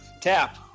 Tap